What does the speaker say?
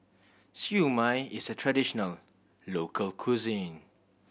Siew Mai is a traditional local cuisine